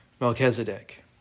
Melchizedek